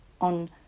on